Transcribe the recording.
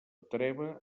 treva